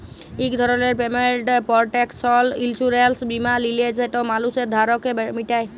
ইক ধরলের payment protection insurance বীমা লিলে যেট মালুসের ধারকে মিটায়